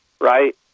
Right